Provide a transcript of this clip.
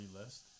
list